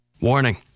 Warning